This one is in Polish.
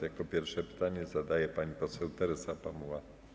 Jako pierwsza pytanie zada pani poseł Teresa Pamuła.